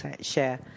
share